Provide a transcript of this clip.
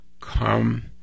come